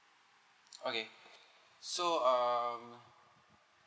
okay so um